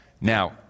Now